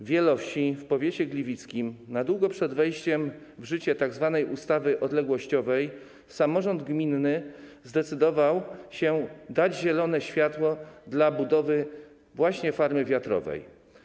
W Wielowsi w powiecie gliwickim na długo przed wejściem w życie tzw. ustawy odległościowej samorząd gminny zdecydował się dać zielone światło budowie właśnie farmy wiatrowej.